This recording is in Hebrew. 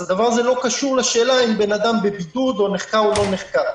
הדבר הזה לא קשור לשאלה אם בן אדם בבידוד או נחקר או לא נחקר.